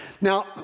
Now